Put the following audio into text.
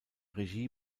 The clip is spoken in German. regie